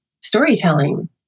storytelling